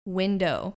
window